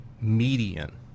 median